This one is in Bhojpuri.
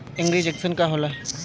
एगरी जंकशन का होला?